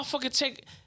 take